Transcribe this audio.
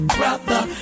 brother